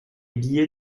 billets